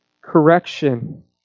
correction